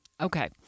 Okay